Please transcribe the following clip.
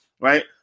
Right